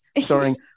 starring